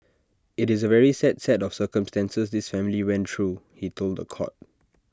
IT is A very sad set of circumstances this family went through he told The Court